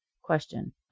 Question